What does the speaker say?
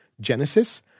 Genesis